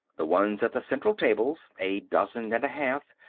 the ones at the central tables, a dozen and a half,